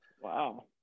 wow